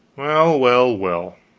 well, well, well,